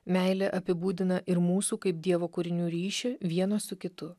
meilė apibūdina ir mūsų kaip dievo kūrinių ryšį vieno su kitu